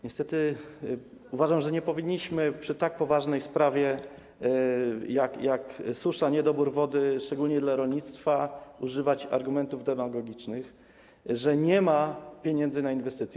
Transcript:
Niestety uważam, że nie powinniśmy przy tak poważnej sprawie, jak susza, niedobór wody, szczególnie dla rolnictwa, używać argumentów demagogicznych, że nie ma pieniędzy na inwestycje.